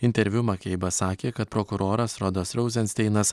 interviu makeibas sakė kad prokuroras rodas rouzensteinas